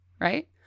right